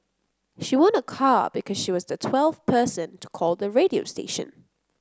she won a car because she was the twelfth person to call the radio station